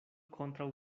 kontraŭ